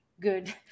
good